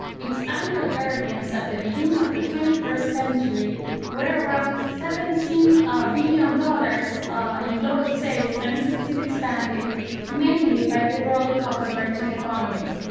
its annual earnings at the beginning of ah the twenty first century were around seventeen billion dollars in global sales and this is still expanding mainly by the growth of emerging economies.